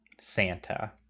santa